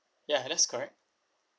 ya that's correct